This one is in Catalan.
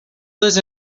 les